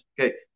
Okay